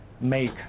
make